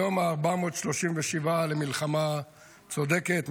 היום ה-437 למלחמה צודקת,